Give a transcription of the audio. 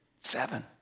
Seven